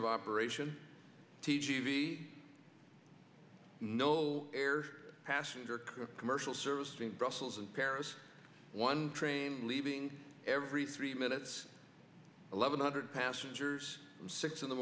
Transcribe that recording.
of operation t g v no air passenger commercial service in brussels in paris one train leaving every three minutes eleven hundred passengers six in the